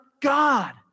God